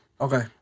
Okay